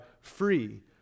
free